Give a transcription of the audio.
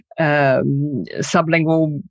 sublingual